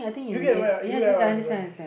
you get what you get what I'm going